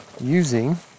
using